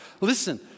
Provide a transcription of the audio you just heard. Listen